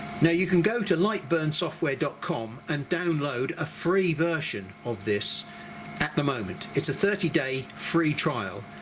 now you can go to lightburnsoftware dot com and download a free version of this at the moment. it's a thirty day free trial.